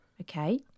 okay